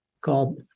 called